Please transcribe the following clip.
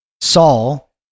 Saul